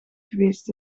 geweest